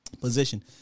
position